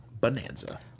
Bonanza